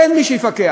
אין מי שיפקח.